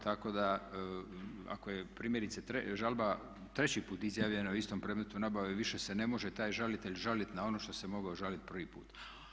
Tako da ako je primjerice žalba treći put izjavljena u istom predmetu nabave više se ne može taj žalitelj žaliti na ono što se mogao žaliti prvi puta.